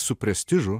su prestižu